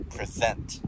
Present